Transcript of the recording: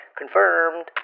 confirmed